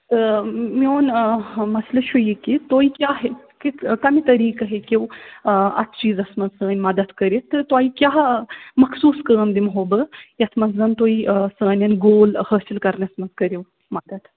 تہٕ میٛون مَسلہٕ چھُ یہِ کہِ تُہۍ کیٛاہ کَمہِ طریٖقہٕ ہیٚکِو اَتھ چیٖزَس منٛز سٲنۍ مدتھ کٔرِتھ تہٕ تۄہہِ کیٛاہ مخصوٗص کٲم دِمہو بہٕ یَتھ منٛز زَن تُہۍ سانٮ۪ن گول حٲصِل کرنَس منٛز کٔرِو مدتھ